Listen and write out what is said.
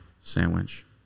sandwich